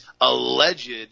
alleged